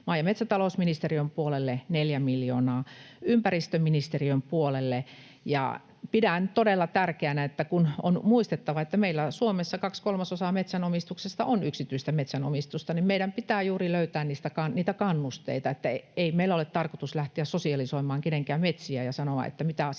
maa‑ ja metsätalousministeriön puolelle, neljä miljoonaa ympäristöministeriön puolelle. Pidän todella tärkeänä, kun on muistettava, että meillä Suomessa kaksi kolmasosaa metsänomistuksesta on yksityistä metsänomistusta, että meidän pitää löytää juuri niitä kannusteita. Ei meillä ole tarkoitus lähteä sosialisoimaan kenenkään metsiä ja sanoa, mitä saa